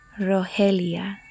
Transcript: Rogelia